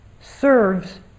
serves